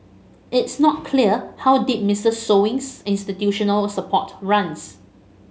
it's not clear how deep Mister Sewing's institutional support runs